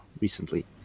recently